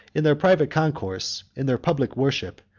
in their private converse, in their public worship,